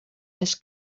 més